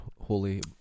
holy